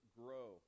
grow